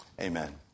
Amen